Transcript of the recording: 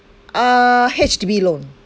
uh H_D_B loan